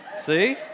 See